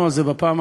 טלפון,